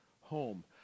home